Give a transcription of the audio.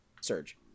surge